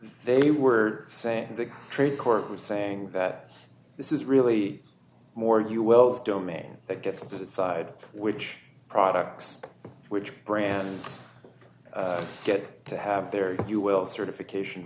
they were saying the trade court was saying that this is really more you will domain that gets to decide which products which brands get to have their you will certification